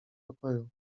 pokoju